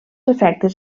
efectes